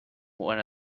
one